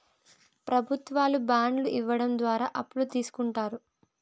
ప్రభుత్వాలు బాండ్లు ఇవ్వడం ద్వారా అప్పులు తీస్కుంటారు